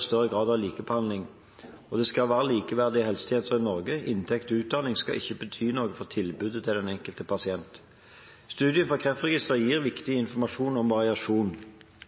større grad av likebehandling. Det skal være likeverdige helsetjenester i Norge. Inntekt og utdanning skal ikke bety noe for tilbudet til den enkelte pasient. Studien fra Kreftregisteret gir viktig informasjon om variasjon.